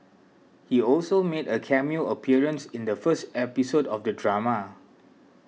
he also made a cameo appearance in the first episode of the drama